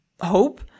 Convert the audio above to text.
hope